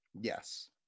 Yes